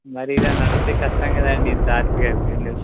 మరీలా నడిస్తే కష్టం కదండి ఇంత హర్షగా బిజినెస్